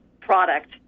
product